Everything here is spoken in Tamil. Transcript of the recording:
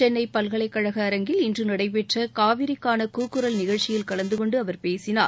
சென்னை பல்கலைக்கழக அரங்கில் இன்று நடைபெற்ற காவிரிக்கான கூக்குரல் நிகழ்ச்சியில் கலந்துகொண்டு அவர் பேசினார்